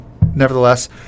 nevertheless